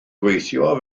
gweithio